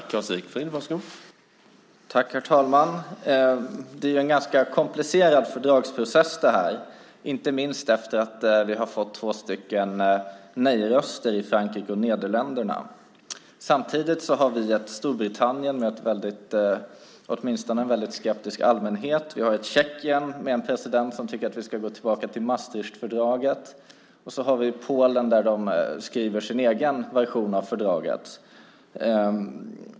Herr talman! Fördragsprocessen är ganska komplicerad, inte minst sedan vi fått två nej-röster, i Frankrike och Nederländerna. Samtidigt har vi ett Storbritannien där åtminstone allmänheten är rätt skeptisk, ett Tjeckien med en president som tycker att vi ska gå tillbaka till Maastrichtfördraget och ett Polen, där man skriver sin egen version av fördraget.